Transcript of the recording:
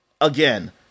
Again